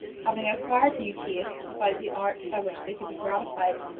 having acquired new tastes, without the arts by which they could be gratified,